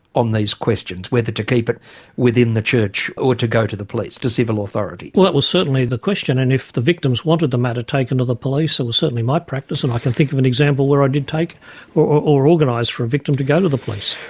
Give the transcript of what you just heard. on these questions, whether to keep it within the church or to go to the police, to civil authorities? well that was certainly the question and if the victims wanted to matter taken to the police, it was certainly my practise. and i can think of an example where i did take or or organise for a victim to go to the police.